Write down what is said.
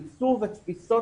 עיצוב התפיסות